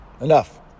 Enough